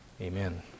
Amen